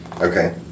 Okay